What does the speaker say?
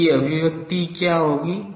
इसकी अभिव्यक्ति क्या होगी